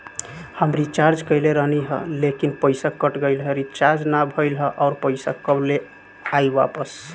हम रीचार्ज कईले रहनी ह लेकिन पईसा कट गएल ह रीचार्ज ना भइल ह और पईसा कब ले आईवापस?